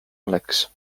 oleks